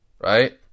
Right